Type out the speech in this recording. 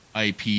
IP